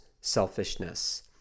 selfishness